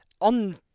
On